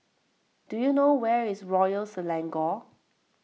do you know where is Royal Selangor